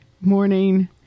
morning